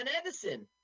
Edison